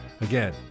again